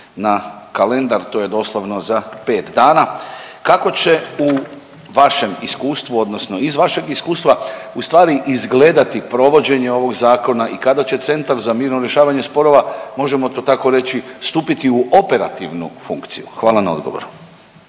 na kalendar to je doslovno za 5 dana. Kako će u vašem iskustvu odnosno iz vašeg iskustva ustvari izgledati provođenje ovog zakona i kada će Centar za mirno rješavanje sporova, možemo to tako reći, stupiti u operativnu funkciju? Hvala na odgovoru.